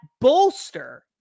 bolster